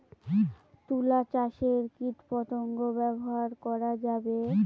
তুলা চাষে কীটপতঙ্গ ব্যবহার করা যাবে?